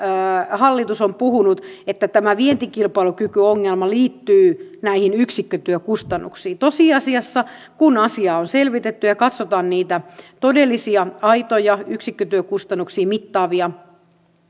hallitus on puhunut että tämä vientikilpailukykyongelma liittyy näihin yksikkötyökustannuksiin tosiasiassa kun asiaa on selvitetty ja katsotaan niitä todellisia aitoja yksikkötyökustannuksia mittaavia